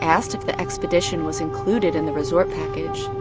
asked if the expedition was included in the resort package.